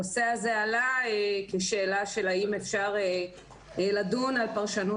הנושא הזה עלה כשאלה של האם אפשר לדון על פרשנות